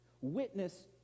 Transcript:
Witness